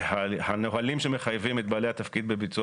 הנהלים שמחייבים את בעלי התפקיד בביצוע